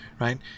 right